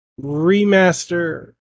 Remaster